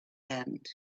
end